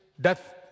death